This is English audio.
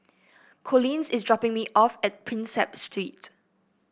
Collins is dropping me off at Prinsep Street